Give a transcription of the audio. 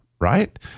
right